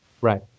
Right